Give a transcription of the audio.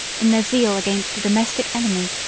in their zeal against a domestic enemy,